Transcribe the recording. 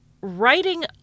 writing